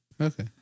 Okay